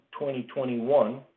2021